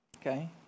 okay